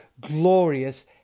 glorious